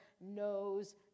knows